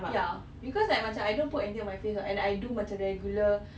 ya because like macam I don't put anything on my face [what] and I do macam regular